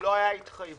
לא הייתה התחייבות.